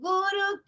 Guru